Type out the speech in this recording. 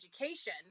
education